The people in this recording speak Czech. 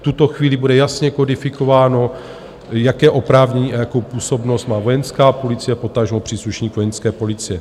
V tuto chvíli bude jasně kodifikováno, jaké oprávnění a jakou působnost má Vojenská policie, potažmo příslušník Vojenské policie.